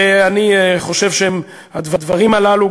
ואני חושב שהדברים הללו,